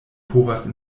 povas